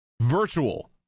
Virtual